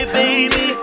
baby